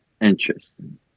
Interesting